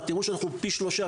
תיראו שאנחנו פי שלושה,